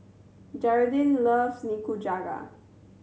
Geraldine loves Nikujaga